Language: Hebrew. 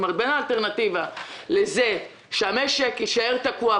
בין האלטרנטיבה לזה שהמשק יישאר תקוע,